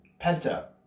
Penta